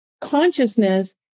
consciousness